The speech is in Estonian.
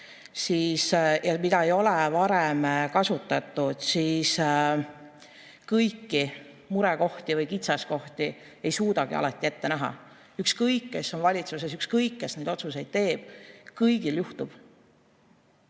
ja mida ei ole varem kasutatud, siis kõiki kitsaskohti ei suudetud ette näha. Ükskõik, kes on valitsuses, ükskõik, kes neid otsuseid teeb – kõigil juhtub.